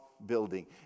Building